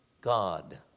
God